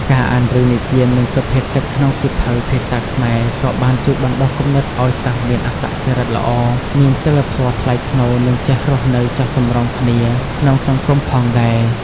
ការអានរឿងនិទាននិងសុភាសិតក្នុងសៀវភៅ ភាសាខ្មែរ ក៏បានជួយបណ្ដុះគំនិតឱ្យសិស្សមានអត្តចរិតល្អ មានសីលធម៌ថ្លៃថ្នូរ និងចេះរស់នៅចុះសម្រុងគ្នាក្នុងសង្គមផងដែរ។